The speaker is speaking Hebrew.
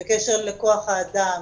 בקשר לכח האדם,